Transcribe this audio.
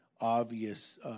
obvious